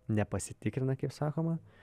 nepasitikrina kaip sakoma